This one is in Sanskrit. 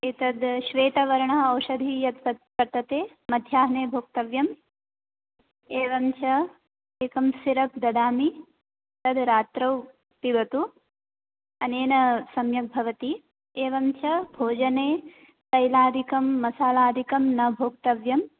एतद् श्वेतवर्णः औषधिः यत् व वर्तते मध्याह्ने भोक्तव्यम् एवं च एकं सिरप् ददामि तद् रात्रौ पिबतु अनेन सम्यक् भवति एवं च भोजने तैलादिकं मसालादिकं न भोक्तव्यम्